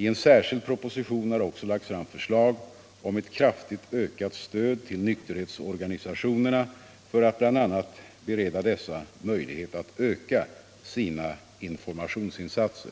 I en särskild proposition har också lagts fram förslag om ett kraftigt ökat stöd till nykterhetsorganisationerna för att bl.a. bereda dessa möjlighet att öka sina informationsinsatser.